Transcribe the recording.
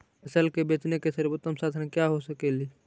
फसल के बेचने के सरबोतम साधन क्या हो सकेली?